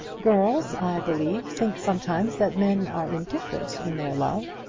girls, i believe, think sometimes that men are indifferent in their love.